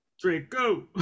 draco